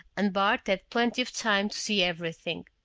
and bart had plenty of time to see everything.